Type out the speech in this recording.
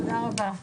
תודה רבה.